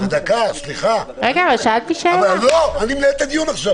אני מנהל את הדיון עכשיו.